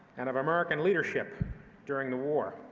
and of american leadership during the war.